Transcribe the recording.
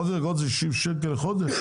פירות וירקות זה 60 שקלים בחודש?